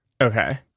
Okay